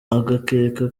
agakeka